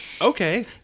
okay